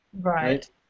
Right